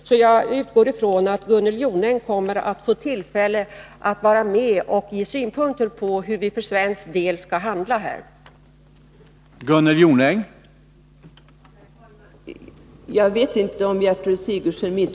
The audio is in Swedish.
Jag utgår alltså ifrån att Gunnel Jonäng kommer att få tillfälle att av bröstmjölkservara med och ge synpunkter på hur vi för svenskt vidkommande skall handla i sättning den här frågan.